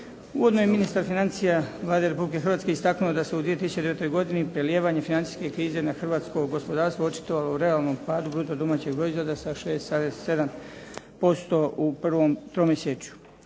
Uvodno je ministar financija Vlade Republike Hrvatske istaknuo da se u 2009. godini prelijevanje financijske krize na hrvatsko gospodarstvo očito u realnom padu bruto domaćeg proizvoda sa 6,7% u prvom tromjesečju.